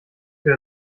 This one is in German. für